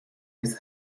with